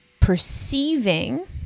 Perceiving